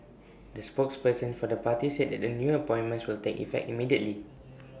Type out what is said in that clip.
the spokesperson for the party said that the new appointments will take effect immediately